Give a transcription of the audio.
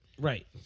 Right